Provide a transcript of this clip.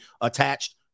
attached